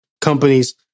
companies